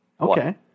Okay